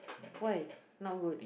why not good